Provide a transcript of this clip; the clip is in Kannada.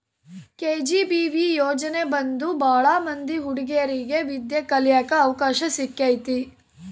ಕೆ.ಜಿ.ಬಿ.ವಿ ಯೋಜನೆ ಬಂದು ಭಾಳ ಮಂದಿ ಹುಡಿಗೇರಿಗೆ ವಿದ್ಯಾ ಕಳಿಯಕ್ ಅವಕಾಶ ಸಿಕ್ಕೈತಿ